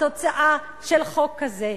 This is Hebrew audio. התוצאה של חוק כזה,